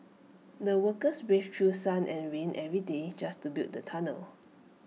the workers braved through sun and rain every day just to build the tunnel